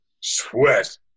sweat